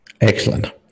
Excellent